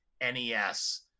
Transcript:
NES